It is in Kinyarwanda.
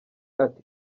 ati